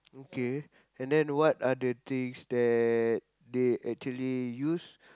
okay and then what are the drinks that they actually use